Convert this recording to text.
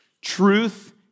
truth